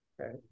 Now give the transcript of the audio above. Okay